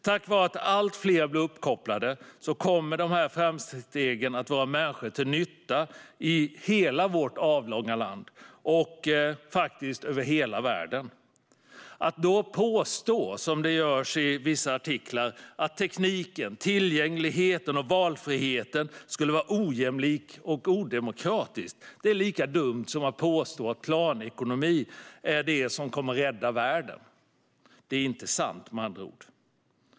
Tack vare att allt fler blir uppkopplade kommer dessa framsteg att vara människor till nytta i hela vårt avlånga land och faktiskt över hela världen. Att då påstå, som görs i vissa artiklar, att tekniken, tillgängligheten och valfriheten skulle vara ojämlik och odemokratisk är lika dumt som att påstå att planekonomi är det som kommer att rädda världen. Det är med andra ord inte sant.